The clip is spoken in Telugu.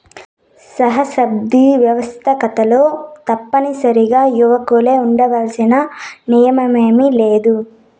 సహస్రాబ్ది వ్యవస్తాకతలో తప్పనిసరిగా యువకులే ఉండాలన్న నియమేమీలేదు